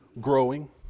growing